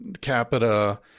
capita